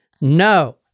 No